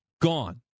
gone